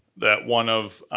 that one of